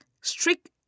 strict